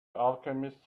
alchemist